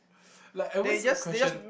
like I always question